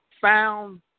found